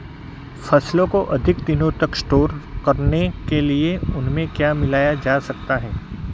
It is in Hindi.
फसलों को अधिक दिनों तक स्टोर करने के लिए उनमें क्या मिलाया जा सकता है?